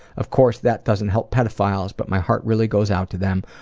of course that doesn't help pedophiles but my heart really goes out to them,